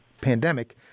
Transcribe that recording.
pandemic